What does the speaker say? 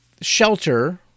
shelter